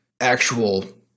actual